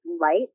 light